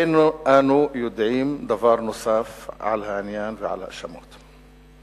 אין אנו יודעים דבר נוסף על העניין ועל ההאשמות.